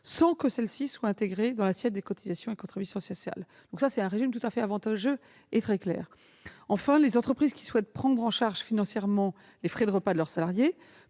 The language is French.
sans que celle-ci soit intégrée dans l'assiette des cotisations et contributions sociales. Il s'agit donc très clairement d'un régime tout à fait avantageux. Enfin, les entreprises qui souhaitent prendre en charge financièrement les frais de repas de leurs salariés